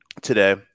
today